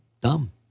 dumb